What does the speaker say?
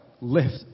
lift